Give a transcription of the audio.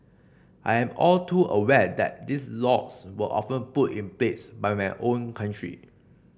I am all too aware that these laws were often put in place by my own country